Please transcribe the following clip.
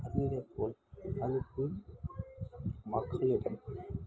அதுவேப் போல் அனைத்து ம் மக்களிடம்